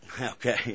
Okay